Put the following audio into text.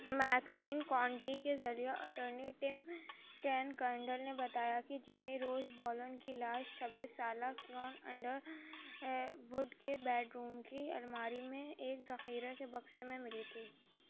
McLean county کے ذریعہ attorney Tim Cain Kendall نے بتایا کہ جیمی روز بولن کی لاش چھبیس سالہ انڈر ووڈ کے بیڈ روم کی الماری میں ایک ذخیرہ کے بکسے میں ملی تھی